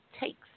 takes